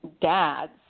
dad's